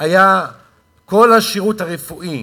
היה כל השירות הרפואי,